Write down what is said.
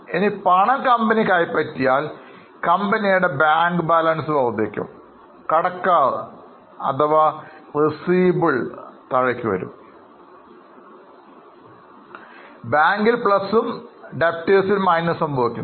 ഇനി പണം കമ്പനി കൈ പറ്റിയാൽ കമ്പനിയുടെ ബാങ്ക് ബാലൻസ് വർദ്ധിക്കും കടക്കാർ അഥവാ receivables കുറയുകയും ചെയ്യും ബാങ്കിൽ പ്ലസും കടക്കാരിൽ മൈനസ് സംഭവിക്കുന്നു